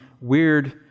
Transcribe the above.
weird